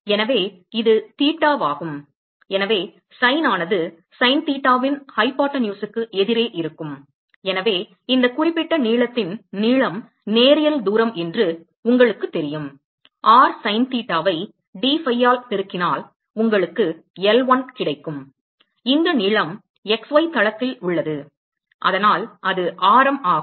எனவே இது தீட்டாவாகும் எனவே sin ஆனது சின் தீட்டாவின் ஹைப்போடென்னஸுக்கு எதிரே இருக்கும் எனவே இந்த குறிப்பிட்ட நீளத்தின் நீளம் நேரியல் தூரம் என்று உங்களுக்குத் தெரியும் r sin theta வை dphi ஆல் பெருக்கினால் உங்களுக்கு L1 கிடைக்கும் இந்த நீளம் xy தளத்தில் உள்ளது அதனால் அது ஆரம் ஆகும்